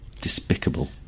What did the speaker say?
Despicable